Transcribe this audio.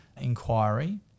inquiry